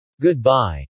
Goodbye